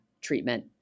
treatment